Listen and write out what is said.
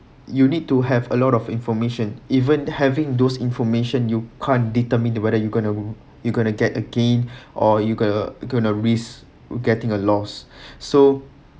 you need to have a lot of information even having those information you can't determine whether you going to you going to get the gain or you gonna gonna risk getting a loss so